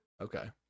Okay